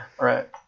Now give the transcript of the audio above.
Right